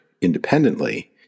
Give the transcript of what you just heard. independently